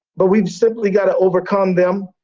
but we've simply got to overcome them.